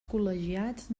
col·legiats